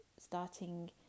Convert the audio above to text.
starting